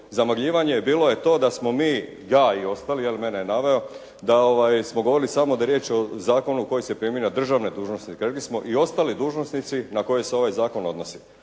zamagljivanje bilo je to da smo mi, ja i ostali, mene je naveo, da smo govorili samo da je riječ o zakonu koji se primjenjuje na državne dužnosnike. Rekli smo i ostali dužnosnici na koje se ovaj zakon odnosi.